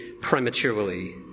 prematurely